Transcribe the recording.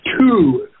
two